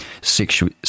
sexual